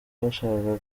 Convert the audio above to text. bashakaga